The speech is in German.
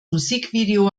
musikvideo